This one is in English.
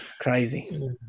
Crazy